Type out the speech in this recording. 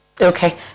okay